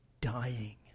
dying